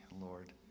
Lord